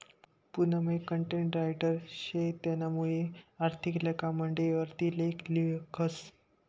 पूनम एक content writer शे तेनामुये आर्थिक लेखा मंडयवर ती लेख लिखस